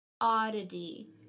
oddity